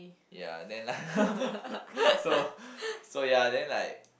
ya then like so so ya then like